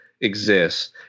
exists